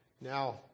Now